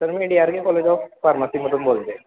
sir मी D R B college of फारमसिमधून बोलतो आहे